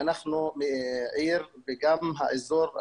שאנחנו עיר, וגם האזור,